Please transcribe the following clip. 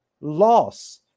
loss